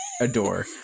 adore